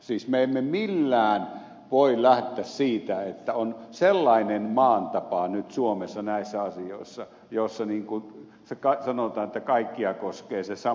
siis me emme millään voi lähteä siitä että on sellainen maan tapa nyt suomessa näissä asioissa jossa sanotaan että kaikkia koskee sama pelisääntö